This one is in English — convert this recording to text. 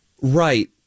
right